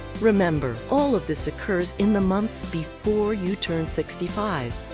remember, all of this occurs in the months before you turn sixty five.